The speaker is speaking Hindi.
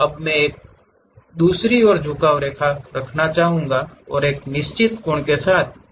अब मैं एक से दूसरी ओर एक झुकाव रेखा रखना चाहूंगा और एक निश्चित कोण के साथ एक और रेखा खींचना चाहूंगा